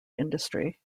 industry